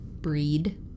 Breed